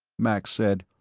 max said,